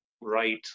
right